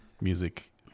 Music